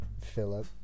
Philip